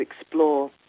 explore